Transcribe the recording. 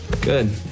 Good